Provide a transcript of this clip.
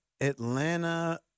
atlanta